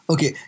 Okay